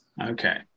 Okay